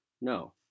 No